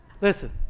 Listen